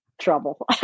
trouble